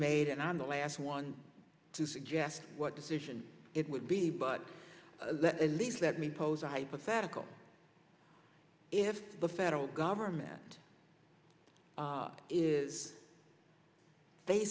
made and i'm the last one to suggest what decision it would be but that at least let me pose a hypothetical if the federal government is they